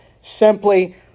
simply